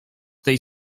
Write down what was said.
tej